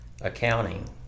accounting